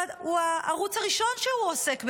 היא הערוץ הראשון שהוא עוסק בזה,